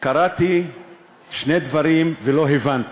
קראתי שני דברים ולא הבנתי,